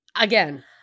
again